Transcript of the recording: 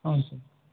ಹಾಂ ಸರ್